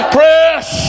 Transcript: Press